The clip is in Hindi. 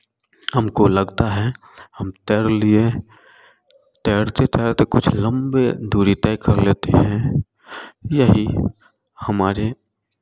हमको लगता है हम तैर लिए तैरते तैरते कुछ लम्बे दूरी तय कर लेते हैं यही हमारे